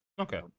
okay